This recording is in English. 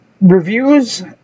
reviews